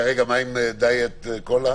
מה עם דיאט קולה?